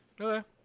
okay